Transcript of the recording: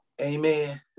Amen